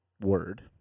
word